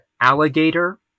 Alligator